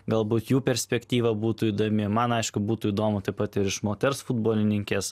galbūt jų perspektyva būtų įdomi man aišku būtų įdomu taip pat ir iš moters futbolininkės